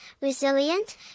resilient